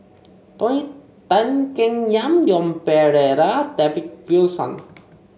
Tony Tan Keng Yam Leon Perera and David Wilson